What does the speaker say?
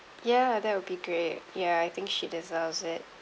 ya that will be great ya I think she deserves it